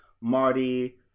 Marty